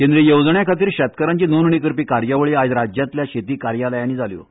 केंद्रिय येवजणांखातीर शेतकारांची नोंदणी करपी कार्यावळी आयज राज्यातल्या शेती कार्यालयांनी जाल्यो